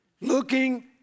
Looking